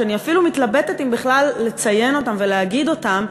ואני אפילו מתלבטת אם בכלל לציין אותם ולהגיד אותם,